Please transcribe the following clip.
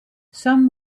some